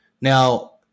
Now